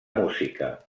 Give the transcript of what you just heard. música